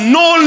no